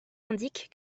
indique